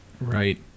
Right